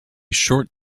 short